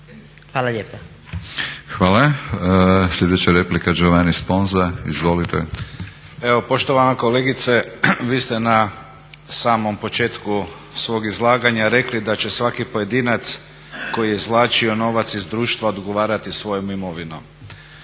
Milorad (HNS)** Hvala. Sljedeća replika Giovanni Sponza, izvolite. **Sponza, Giovanni (IDS)** Evo poštovana kolegice, vi ste na samom početku svog izlaganja rekli da će svaki pojedinac koji je izvlačio novac iz društva odgovarati svojom imovinom.